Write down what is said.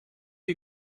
you